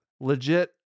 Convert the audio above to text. legit